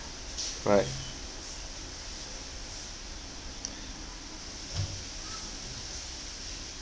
right